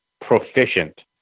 proficient